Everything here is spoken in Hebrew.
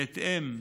בהתאם,